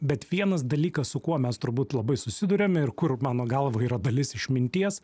bet vienas dalykas su kuo mes turbūt labai susiduriam ir kur mano galva yra dalis išminties